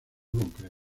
concreta